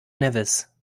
nevis